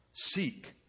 Seek